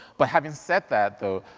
but having said that though,